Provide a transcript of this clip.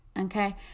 okay